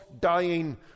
dying